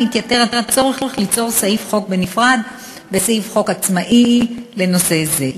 מתייתר הצורך ליצור סעיף חוק בנפרד וסעיף חוק עצמאי לנושא זה.